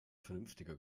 vernünftiger